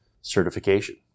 certification